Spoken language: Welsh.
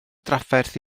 drafferth